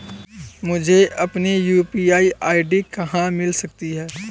मुझे अपनी UPI ID कहां मिल सकती है?